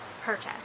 purchase